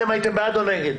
אתם הייתם בעד או נגד?